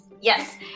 Yes